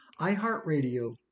iHeartRadio